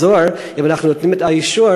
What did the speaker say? ואם אנחנו נותנים את האישור,